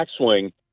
backswing